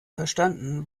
verstanden